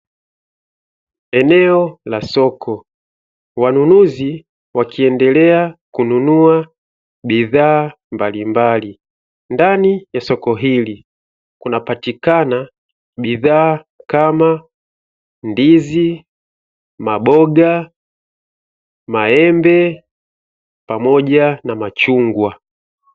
Eneo la soko, wanunuzi wakiendelea kununua bidhaa mbalimbali. Ndani ya soko hili kunapatikana bidhaa kama ndizi, maboga, maembe pamoja na machungwa.